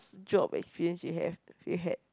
job experience you have if you had